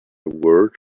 word